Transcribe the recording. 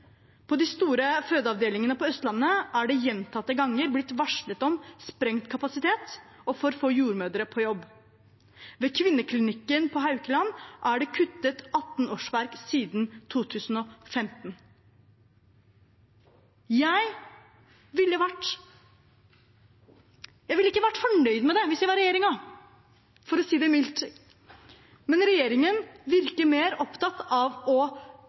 På de store fødeavdelingene på Østlandet er det gjentatte ganger blitt varslet om sprengt kapasitet og for få jordmødre på jobb. Ved kvinneklinikken på Haukeland er det kuttet 18 årsverk siden 2015. Jeg ville ikke vært fornøyd med det hvis jeg var i regjering, for å si det mildt, men regjeringen virker mer opptatt av å